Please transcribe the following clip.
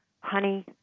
honey